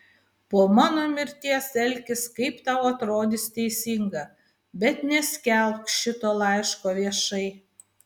po mano mirties elkis kaip tau atrodys teisinga bet neskelbk šito laiško viešai